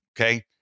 Okay